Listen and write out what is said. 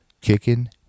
Kicking